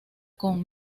con